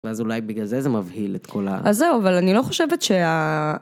ואז אולי בגלל זה זה מבהיל את כל ה... אז זהו, אבל אני לא חושבת שה...